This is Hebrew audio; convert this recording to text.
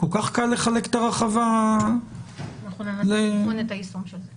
כל כך קל לחלק את הרחבה אנחנו נבחן את היישום של זה.